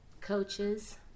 coaches